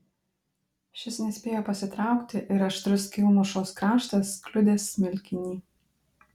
šis nespėjo pasitraukti ir aštrus skylmušos kraštas kliudė smilkinį